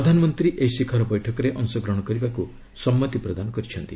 ପ୍ରଧାନମନ୍ତ୍ରୀ ଏହି ଶିଖର ବୈଠକରେ ଅଂଶଗ୍ରହଣ କରିବାକୁ ସମ୍ମତି ପ୍ରଦାନ କରିଛନ୍ତି